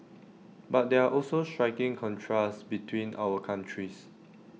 but there are also striking contrasts between our countries